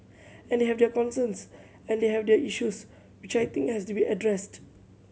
and they have their concerns and they have their issues which I think has to be addressed